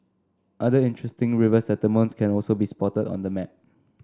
other interesting river settlements can also be spotted on the map